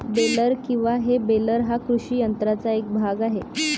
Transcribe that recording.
baler किंवा हे baler हा कृषी यंत्राचा एक भाग आहे